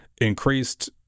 increased